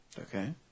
Okay